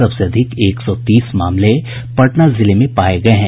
सबसे अधिक एक सौ तीस मामले पटना जिले में पाये गये हैं